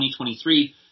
2023